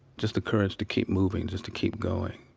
just the courage to keep moving just to keep going,